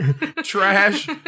Trash